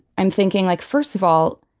i'm thinking like, first of all,